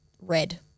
Red